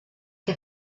che